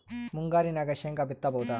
ಮುಂಗಾರಿನಾಗ ಶೇಂಗಾ ಬಿತ್ತಬಹುದಾ?